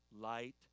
light